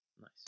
Nice